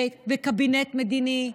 בקבינט מדיני,